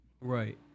Right